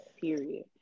period